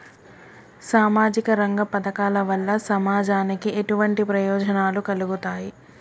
సామాజిక రంగ పథకాల వల్ల సమాజానికి ఎటువంటి ప్రయోజనాలు కలుగుతాయి?